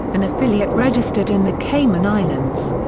an affiliate registered in the cayman islands.